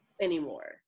anymore